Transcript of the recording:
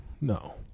no